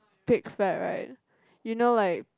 pig fat right you know like